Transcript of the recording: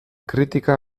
kritika